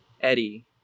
eddie